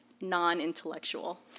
non-intellectual